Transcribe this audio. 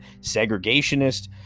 segregationist